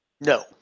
No